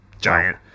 giant